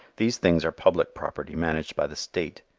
these things are public property managed by the state.